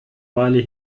weile